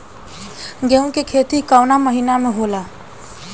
गेहूँ के खेती कवना महीना में होला?